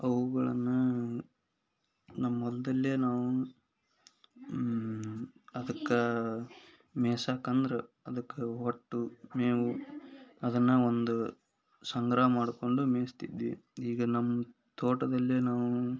ಅವುಗಳನ್ನು ನಮ್ಮ ಹೊಲದಲ್ಲೇ ನಾವು ಅದಕ್ಕೆ ಮೇಸಕಂದ್ರೆ ಅದಕ್ಕೆ ಒಟ್ಟು ಮೇವು ಅದನ್ನು ಒಂದು ಸಂಗ್ರಹ ಮಾಡಿಕೊಂಡು ಮೇಯ್ಸ್ತಿದ್ವಿ ಈಗ ನಮ್ಮ ತೋಟದಲ್ಲೇ ನಾವು